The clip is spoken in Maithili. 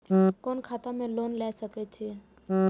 कोन खाता में लोन ले सके छिये?